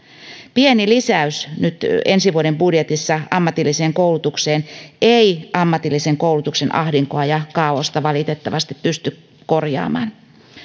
pieni lisäys nyt ensi vuoden budjetissa ammatilliseen koulutukseen ei ammatillisen koulutuksen ahdinkoa ja kaaosta valitettavasti pysty korjaamaan